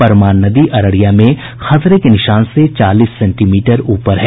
परमान नदी अररिया में खतरे के निशान से चालीस सेंटीमीटर ऊपर है